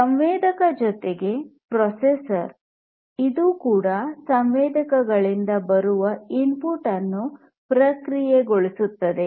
ಸಂವೇದಕ ಜೊತೆಗೆ ಪ್ರೊಸೆಸರ್ ಇದು ಈ ಸಂವೇದಕಗಳಿಂದ ಬರುವ ಇನ್ಪುಟ್ ಅನ್ನು ಪ್ರಕ್ರಿಯೆಗೊಳಿಸುತ್ತದೆ